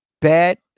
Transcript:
bad